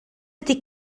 ydy